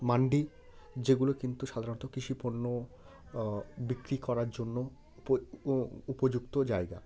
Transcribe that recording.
মান্ডি যেগুলো কিন্তু সাধারণত কৃষি পণ্য বিক্রি করার জন্য উপযুক্ত জায়গা